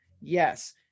yes